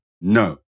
No